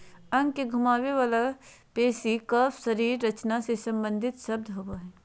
अंग के घुमावे वला पेशी कफ शरीर रचना से सम्बंधित शब्द होबो हइ